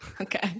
Okay